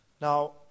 Now